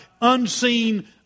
unseen